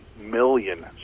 million